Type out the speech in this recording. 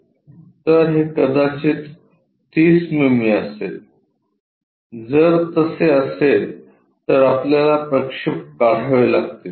तर हे कदाचित 30 मिमी असेल जर तसे असेल तर आपल्याला प्रक्षेप काढावे लागतील